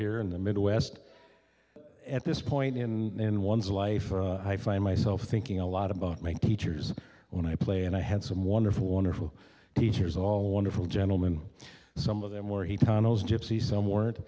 here in the midwest at this point in in one's life i find myself thinking a lot about make teachers when i play and i had some wonderful wonderful teachers all wonderful gentleman some of them were he tunnels gypsy some w